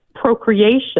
procreation